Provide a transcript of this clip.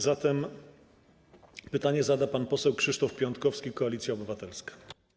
Zatem pytanie zada pan poseł Krzysztof Piątkowski, Koalicja Obywatelska.